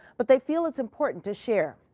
but they feel it's important to share.